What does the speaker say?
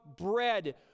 bread